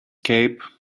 cape